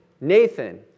Nathan